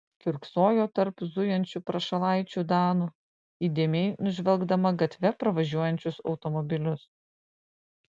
kiurksojo tarp zujančių prašalaičių danų įdėmiai nužvelgdama gatve pravažiuojančius automobilius